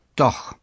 doch